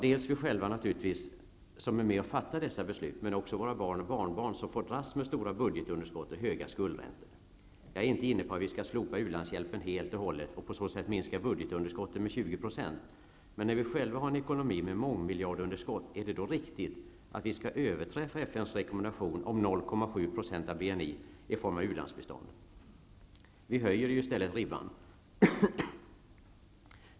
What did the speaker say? Delvis vi själva naturligtvis, som är med och fattar dessa beslut, men också våra barn och barnbarn som får dras med stora budgetunderskott och höga skuldräntor. Jag är inte inne på att vi skall slopa u-landshjälpen helt och hållet och på så sätt minska budgetunderskottet med 20 %. Men när vi själva har en ekonomi med mångmiljardunderskott, är det då riktigt att vi överträffar FN:s rekommendation om 0.7 % av BNI i form av ulandsbistånd? Vi höjer ju i stället ribban.